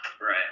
Right